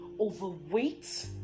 overweight